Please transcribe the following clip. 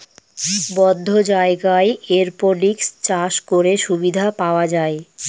বদ্ধ জায়গায় এরপনিক্স চাষ করে সুবিধা পাওয়া যায়